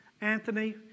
Anthony